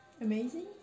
Amazing